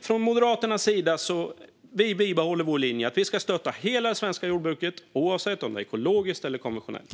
Från Moderaternas sida bibehåller vi vår linje: Vi ska stötta hela det svenska jordbruket, oavsett om det är ekologiskt eller konventionellt.